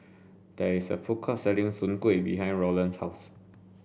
there is a food court selling Soon Kway behind Roland's house